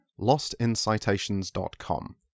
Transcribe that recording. lostincitations.com